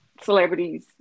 celebrities